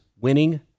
winning